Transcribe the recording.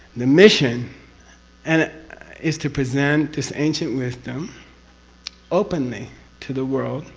the mission and. is to present this ancient wisdom openly to the world